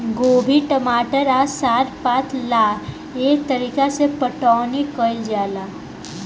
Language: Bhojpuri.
गोभी, टमाटर आ साग पात ला एह तरीका से पटाउनी कईल जाला